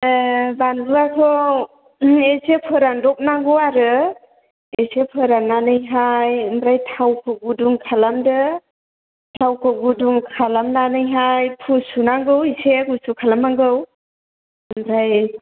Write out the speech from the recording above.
ए बानलुआथ' एसे फोरानदबनांगौ आरो एसे फोराननानैहाय ओमफ्राय थावखौ गुदुं खालामदो थावखौ गुदुं खालामनानैहाय फुसुनांगौ एसे गुसु खुलुमनांगौ ओमफ्राय